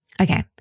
Okay